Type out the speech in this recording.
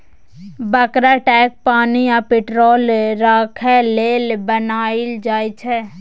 बरका टैंक पानि आ पेट्रोल राखय लेल बनाएल जाई छै